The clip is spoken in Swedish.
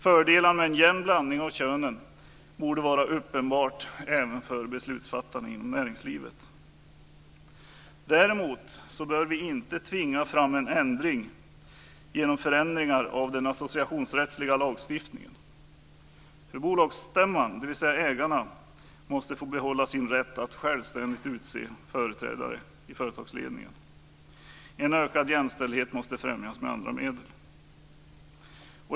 Fördelarna med en jämn blandning av könen borde vara uppenbara även för beslutsfattarna inom näringslivet. Däremot bör vi inte tvinga fram en ändring genom förändringar av den associationsrättsliga lagstiftningen. Bolagsstämman, dvs. ägarna, måste få behålla sin rätt att självständigt utse företrädare i företagsledningen. En ökad jämställdhet måste främjas med andra medel.